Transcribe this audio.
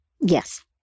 Yes